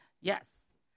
Yes